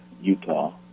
Utah